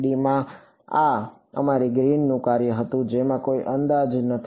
3D માં આ અમારી ગ્રીનનું કાર્ય હતું જેમાં કોઈ અંદાજ નથી